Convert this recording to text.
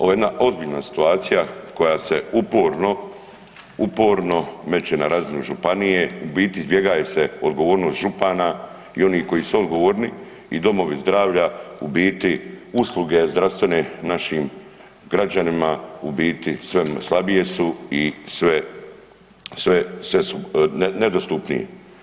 Ovo je jedna ozbiljna situacija koja se uporno meće na razinu županije, u biti izbjegaje se odgovornost župana i onih koji su odgovorni i domovi zdravlja u biti, usluge zdravstvene našim građanima u bit sve slabije su i sve su nedostupnije.